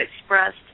expressed